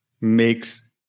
makes